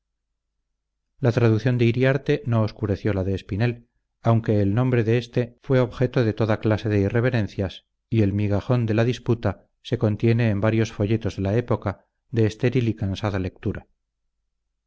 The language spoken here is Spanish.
la traducción de iriarte no oscureció la de espinel aunque el nombre de éste fue objeto de toda dase de irreverencias y el migajón de la disputa se contiene en varios folletos de la época de estéril y cansada lectura